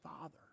Father